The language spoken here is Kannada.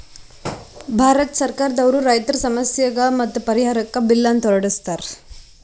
ಭಾರತ್ ಸರ್ಕಾರ್ ದವ್ರು ರೈತರ್ ಸಮಸ್ಯೆಗ್ ಮತ್ತ್ ಪರಿಹಾರಕ್ಕ್ ಬಿಲ್ ಅಂತ್ ಹೊರಡಸ್ತಾರ್